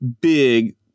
big